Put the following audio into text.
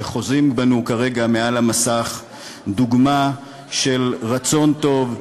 שחוזים בנו כרגע על המסך, דוגמה של רצון טוב,